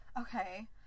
Okay